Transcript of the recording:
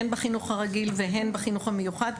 הן בחינוך הרגיל והן בחינוך המיוחד,